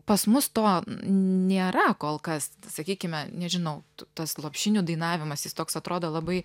pas mus to nėra kol kas sakykime nežinau tas lopšinių dainavimas jis toks atrodo labai